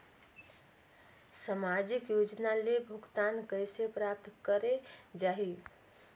समाजिक योजना ले भुगतान कइसे प्राप्त करे जाहि?